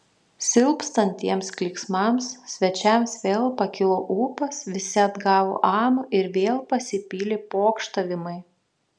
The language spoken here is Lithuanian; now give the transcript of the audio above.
silpstant tiems klyksmams svečiams vėl pakilo ūpas visi atgavo amą ir vėl pasipylė pokštavimai